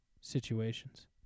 situations